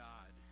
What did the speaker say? God